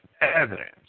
evidence